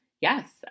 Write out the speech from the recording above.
yes